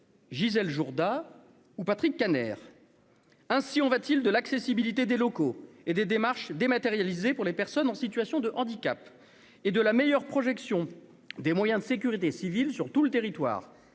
Gisèle Jourda ou Patrick Kanner, ainsi en va-t-il de l'accessibilité des locaux et des démarches dématérialisées pour les personnes en situation de handicap et de la meilleure projection des moyens de sécurité civile sur tout le territoire,